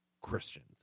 christians